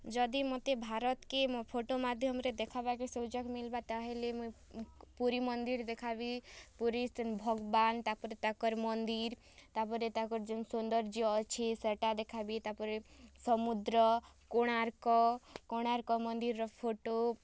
ଯଦି ମୋତେ ଭାରତ୍କେ ମୋ ଫଟୋ ମାଧ୍ୟମରେ ଦେଖାବାକେ ସୁଯୋଗ୍ ମିଲ୍ବା ତାହେଲେ ମୁଇଁ ପୁରୀ ମନ୍ଦିର୍ ଦେଖାବି ପୁରୀ ସେ ଭଗ୍ବାନ୍ ତାପରେ ତାକର୍ ମନ୍ଦିର୍ ତାପରେ ତାକର୍ ଯେଉଁ ସୌନ୍ଦର୍ଯ୍ୟ ଅଛେ ସେଟା ଦେଖାବି ତା ପରେ ସମୁଦ୍ର କୋଣାର୍କ କୋଣାର୍କ ମନ୍ଦିରର ଫଟୋ